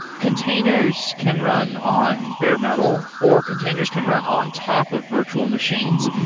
containers can run on bare metal, or containers can run on top of virtual machines,